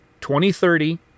2030